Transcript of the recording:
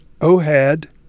Ohad